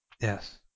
Yes